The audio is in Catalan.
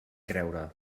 creure